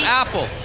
apple